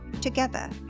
together